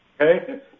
Okay